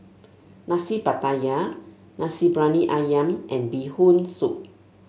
Nasi Pattaya Nasi Briyani ayam and Bee Hoon Soup